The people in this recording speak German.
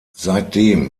seitdem